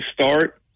start